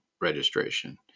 registration